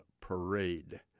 Parade